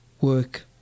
work